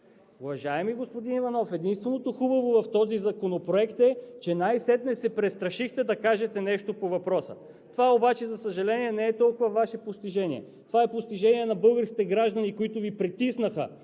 Уважаеми господи Иванов, единственото хубаво в този законопроект е, че най-сетне се престрашихте да кажете нещо по въпроса. Това обаче, за съжаление, не е толкова Ваше постижение. Това е постижение на българските граждани, които Ви притиснаха